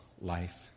life